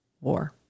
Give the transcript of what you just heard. war